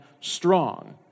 strong